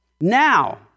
Now